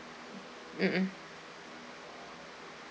mm uh